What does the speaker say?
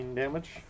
damage